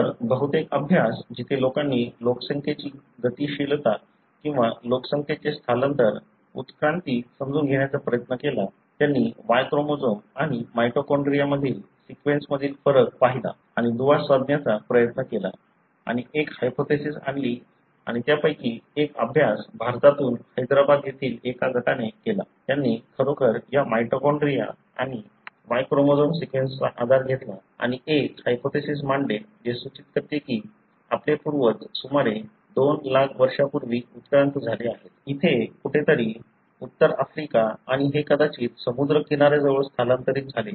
तर बहुतेक अभ्यास जिथे लोकांनी लोकसंख्येची गतिशीलता किंवा लोकसंख्येचे स्थलांतर उत्क्रांती समजून घेण्याचा प्रयत्न केला त्यांनी Y क्रोमोसोम आणि माइटोकॉन्ड्रिया मधील सिक्वेन्स मधील फरक पाहिला आणि दुवा साधण्याचा प्रयत्न केला आणि एक हायपोथेसिस आणली आणि त्यापैकी एक अभ्यास भारतातून हैदराबाद येथील एका गटाने केला त्यांनी खरोखर या माइटोकॉन्ड्रिया आणि Y क्रोमोझोम सिक्वेन्सचा आधार घेतला आणि एक हायपोथेसिस मांडले जे सूचित करते की आपले पूर्वज सुमारे 200000 वर्षांपूर्वी उत्क्रांत झाले आहेत इथे कुठेतरी उत्तर आफ्रिका आणि ते कदाचित समुद्र किनाऱ्या जवळ स्थलांतरित झाले